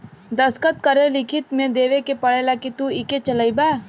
दस्खत करके लिखित मे देवे के पड़ेला कि तू इके चलइबा